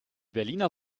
berliner